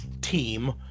team